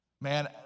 Man